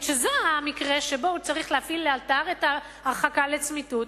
המקרה שבו הוא צריך להפעיל לאלתר את ההרחקה לצמיתות.